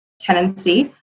tenancy